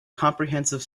comprehensive